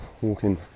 walking